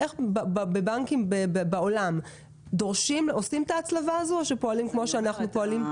בבנקים בעולם עושים את ההצלבה או שפועלים כפי שאנחנו פועלים?